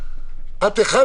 ויפה,